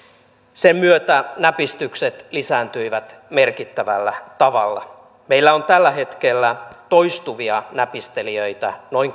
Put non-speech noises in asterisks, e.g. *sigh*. sen myötä näpistykset lisääntyivät merkittävällä tavalla meillä on tällä hetkellä toistuvia näpistelijöitä noin *unintelligible*